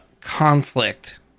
conflict